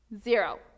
Zero